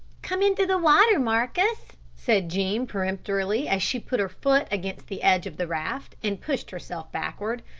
come into the water, marcus, said jean peremptorily, as she put her foot against the edge of the raft, and pushed herself backward,